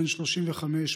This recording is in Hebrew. בן 35,